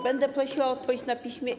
Będę prosiła o odpowiedź na piśmie.